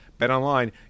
BetOnline